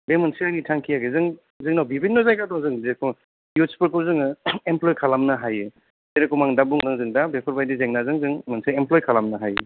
बे मोनसे आंनि थांखि आरो जों जोंनाव बिबिनन' जायगा दं जेखौ इयुथ्सखौ जोङो एमफ्लयद खालामनो हायो जेरखम आं दा बुंदों जों दा बेफोरबादि जेंनाजों जोंं मोनसे एमफ्लयद खालामनो हायो